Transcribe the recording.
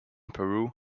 peru